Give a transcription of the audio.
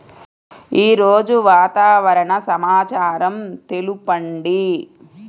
ఈరోజు వాతావరణ సమాచారం తెలుపండి